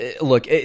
Look